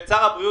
ואת שר הבריאות,